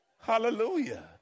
Hallelujah